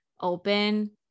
open